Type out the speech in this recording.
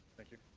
thank you.